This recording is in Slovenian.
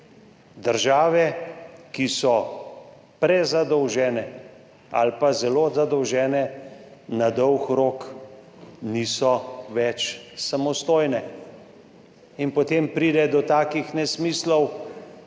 Države, ki so prezadolžene ali pa zelo zadolžene, na dolgi rok niso več samostojne. In potem pride do takih nesmislov,